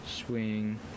Swing